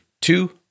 two